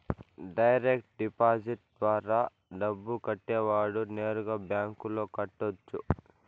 direct deposit ద్వారా డబ్బు కట్టేవాడు నేరుగా బ్యాంకులో కట్టొచ్చు